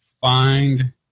find